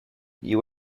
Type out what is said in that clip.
you